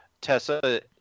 Tessa